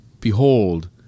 Behold